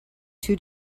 too